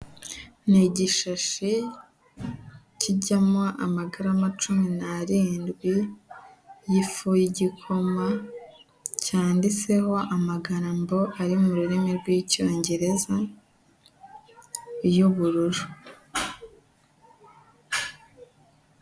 Ni igishashi kijyamo amagarama cumi n'arindwi y'ifu y'igikoma, cyanditseho amagambo ari mu rurimi rw'icyongereza y'ubururu.